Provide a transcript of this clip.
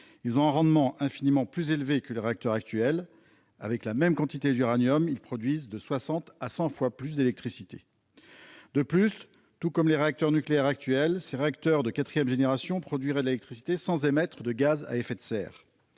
ont un rendement infiniment plus élevé que les réacteurs actuels : avec la même quantité d'uranium, ils produisent de soixante à cent fois plus d'électricité. De plus, tout comme les réacteurs nucléaires actuels, ces réacteurs de quatrième génération produiraient de l'électricité sans émettre de gaz à effet de serre.